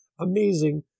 amazing